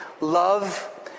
love